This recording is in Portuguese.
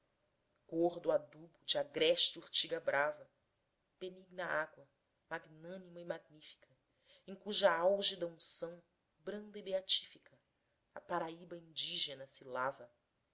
gordo adubo de agreste urtiga brava benigna água magnânima e magnífica em cuja álgida unção branda e beatífica a paraíba indígena se lava